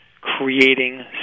creating